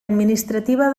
administrativa